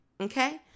okay